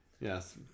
Yes